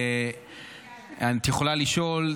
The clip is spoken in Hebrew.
את יכולה לשאול,